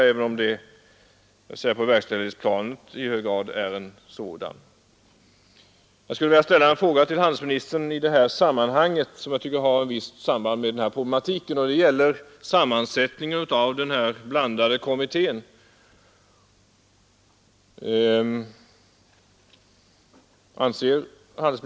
Jag skulle vilja ställa en fråga till handelsministern som jag tycker har ett visst samband med den här problematiken, och den gäller sammansättningen av den blandade kommittén enligt avtalen.